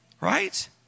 right